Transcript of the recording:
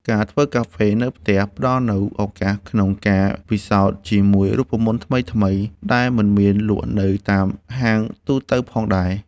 ការធ្វើកាហ្វេនៅផ្ទះផ្ដល់នូវឱកាសក្នុងការពិសោធន៍ជាមួយរូបមន្តថ្មីៗដែលមិនមានលក់នៅតាមហាងទូទៅផងដែរ។